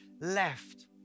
left